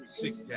six